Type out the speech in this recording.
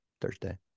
Thursday